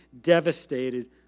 devastated